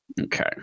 Okay